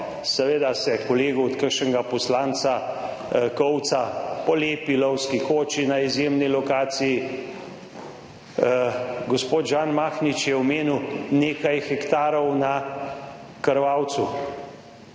Seveda se kolegu od kakšnega poslanca kolca po lepi lovski koči na izjemni lokaciji. Gospod Žan Mahnič je omenil nekaj hektarov na Krvavcu.